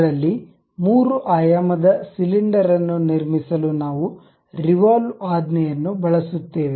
ಇದರಲ್ಲಿ ಮೂರು ಆಯಾಮದ ಸಿಲಿಂಡರ್ ಅನ್ನು ನಿರ್ಮಿಸಲು ನಾವು ರಿವಾಲ್ವ್ ಆಜ್ಞೆಯನ್ನು ಬಳಸುತ್ತೇವೆ